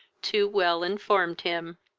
too well informed him.